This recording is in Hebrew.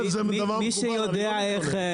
אני לא מתלונן על זה.